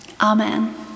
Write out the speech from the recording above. Amen